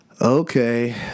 Okay